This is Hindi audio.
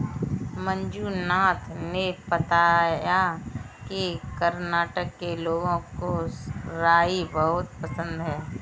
मंजुनाथ ने बताया कि कर्नाटक के लोगों को राई बहुत पसंद है